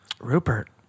Rupert